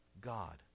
God